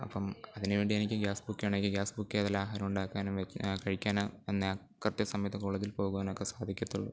അപ്പം അതിന് വേണ്ടി എനിക്ക് ഗ്യാസ് ബുക്ക് ചെയ്യണം എനിക്ക് ഗ്യാസ് ബുക്ക് ചെയ്താലെ ആഹാരം ഉണ്ടാക്കാനും വയ്ക്കാനോ കഴിക്കാനോ പിന്നെ കൃത്യ സമയത്ത് കോളേജിൽ പോകുവാനോ ഒക്കെ സാധിക്കത്തുള്ളു